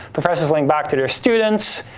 professors link back to their students,